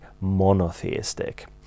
monotheistic